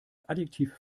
adjektiv